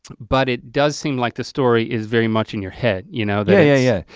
but it does seem like the story is very much in your head you know there yeah yeah,